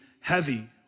heavy